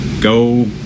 go